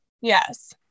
Yes